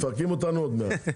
מפרקים אותנו עוד מעט...